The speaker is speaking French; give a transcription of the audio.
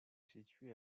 situe